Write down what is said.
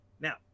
Now